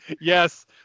Yes